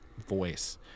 voice